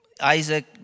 Isaac